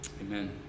Amen